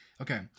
Okay